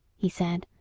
he said,